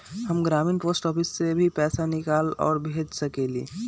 हम ग्रामीण post office से भी पैसा निकाल और भेज सकेली?